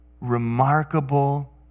remarkable